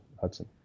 Hudson